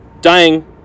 dying